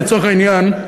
לצורך העניין,